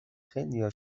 خیلیا